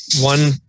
one